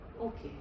Okay